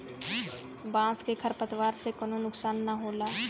बांस के खर पतवार से कउनो नुकसान ना होला